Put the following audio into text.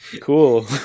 Cool